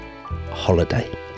holiday